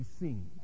seen